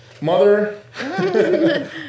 mother